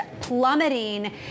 plummeting